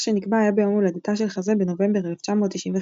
שנקבע היה ביום הולדתה של חזה בנובמבר 1995,